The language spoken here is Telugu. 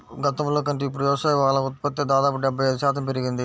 గతంలో కంటే ఇప్పుడు వ్యవసాయ పాల ఉత్పత్తి దాదాపు డెబ్బై ఐదు శాతం పెరిగింది